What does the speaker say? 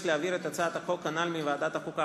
להעביר את הצעת החוק הנ"ל מוועדת החוקה,